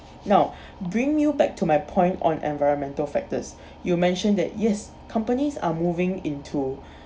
now bring you back to my point on environmental factors you mentioned that yes companies are moving into